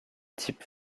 type